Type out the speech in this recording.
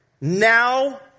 now